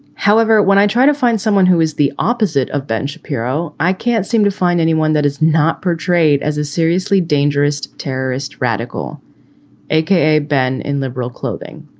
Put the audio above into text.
however, when i try to find someone who is the opposite of ben shapiro, i can't seem to find anyone that is not portrayed as a seriously dangerous terrorist radical a k a. ben in liberal clothing.